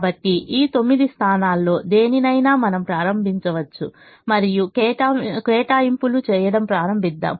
కాబట్టి ఈ తొమ్మిది స్థానాల్లో దేనినైనా మనం ప్రారంభించవచ్చు మరియు కేటాయింపులు చేయడం ప్రారంభిద్దాం